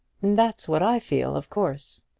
that's what i feel, of course.